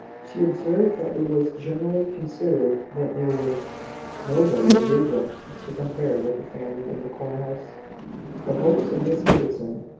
she observed that it was generally considered that there was nobody in deerbrook to compare with the family in the corner-house the hopes and miss ibbotson.